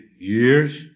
years